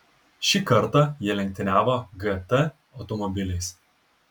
šį kartą jie lenktyniavo gt automobiliais